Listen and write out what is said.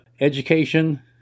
Education